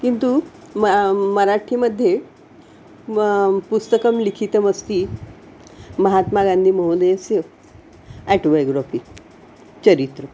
किन्तु मा मराठीमध्ये मा पुस्तकं लिखितमस्ति महात्मागान्धी महोदयस्य एटोवायोग्रफ़ि चरित्रम्